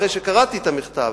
אחרי שקראתי את המכתב